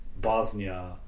Bosnia